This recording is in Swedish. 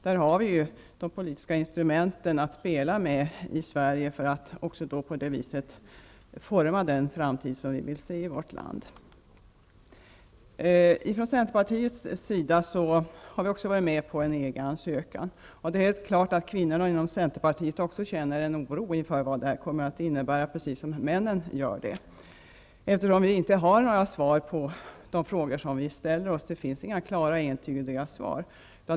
Där har vi de politiska instrumenten att spela med i Sverige för att forma den framtid som vi vill se i vårt land. Vi i Centerpartiet har också varit med på en EG ansökan. Kvinnorna inom Centerpartiet känner också en oro inför vad detta kommer att innebära, precis som männen gör. Vi har inga svar på de frågor som vi ställer oss. Det finns inga klara och entydiga svar.